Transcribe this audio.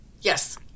Yes